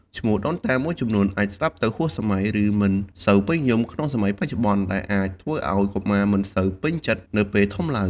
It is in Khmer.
ឈ្មោះដូនតាមួយចំនួនអាចស្តាប់ទៅហួសសម័យ ឬមិនសូវពេញនិយមក្នុងសម័យបច្ចុប្បន្ន ដែលអាចធ្វើឱ្យកុមារមិនសូវពេញចិត្តនៅពេលធំឡើង។